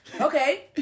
Okay